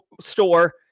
store